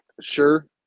sure